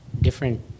different